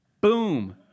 Boom